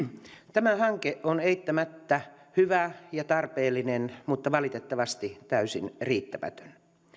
tämä hanke on eittämättä hyvä ja tarpeellinen mutta valitettavasti täysin riittämätön